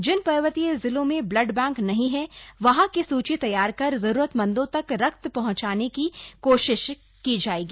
जिन पर्वतीय जिलों में ब्लड बैंक नहीं है वहां की सूची तैयार कर जरूरतमंदों तक रक्त पहुंचाने की कोशिश की जाएगी